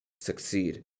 succeed